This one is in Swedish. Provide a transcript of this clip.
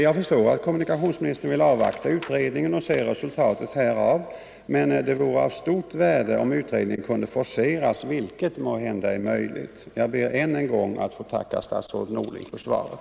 Jag förstår att kommunikationsministern vill avvakta utredningsarbetet och se resultatet därav, men det vore av stort värde om utredningen kunde forceras, vilket måhända är möjligt. Jag ber än en gång att få tacka statsrådet Norling för svaret.